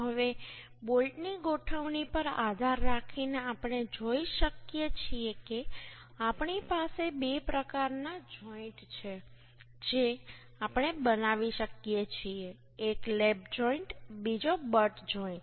હવે બોલ્ટની ગોઠવણી પર આધાર રાખીને આપણે જોઈ શકીએ છીએ કે આપણી પાસે બે પ્રકારના જોઈન્ટ છે જે આપણે બનાવી શકીએ છીએ એક લેપ જોઈન્ટ બીજો બટ જોઈન્ટ